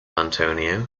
antonio